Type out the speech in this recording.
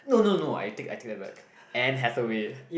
no no no I take I take that back Anne Hathaway